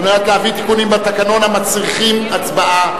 מנת להביא תיקונים בתקנון המצריכים הצבעה.